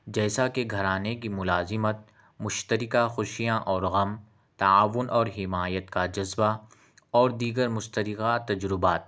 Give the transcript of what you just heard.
جیسا کہ گھرانے کی ملازمت مشترکہ خوشیاں اور غم تعاون اور حمایت کا جذبہ اور دیگر مشترکہ تجربات